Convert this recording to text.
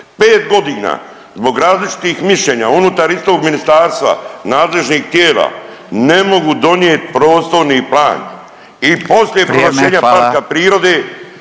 5.g. zbog različitih mišljenja unutar istog ministarstva nadležnih tijela ne mogu donijet prostorni plan i poslije